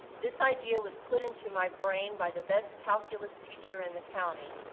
this idea was put into my brain by the best calculus teacher in the county,